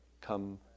come